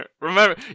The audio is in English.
Remember